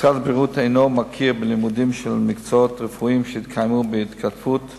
משרד הבריאות אינו מכיר בלימודים של מקצועות רפואיים שהתקיימו בהתכתבות,